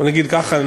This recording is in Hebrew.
בוא נגיד ככה,